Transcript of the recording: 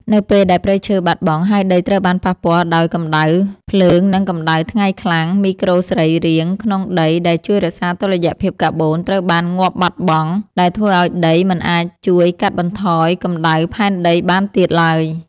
នៅពេលដែលព្រៃឈើបាត់បង់ ហើយដីត្រូវបានប៉ះពាល់ដោយកម្ដៅភ្លើង និងកម្ដៅថ្ងៃខ្លាំង មីក្រូសរីរាង្គក្នុងដីដែលជួយរក្សាតុល្យភាពកាបូនត្រូវបានងាប់បាត់បង់ ដែលធ្វើឱ្យដីមិនអាចជួយកាត់បន្ថយកម្ដៅផែនដីបានទៀតឡើយ។